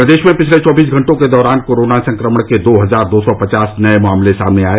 प्रदेश में पिछले चौबीस घंटों के दौरान कोरोना संक्रमण के दो हजार दो सौ पचास नये मामले सामने आये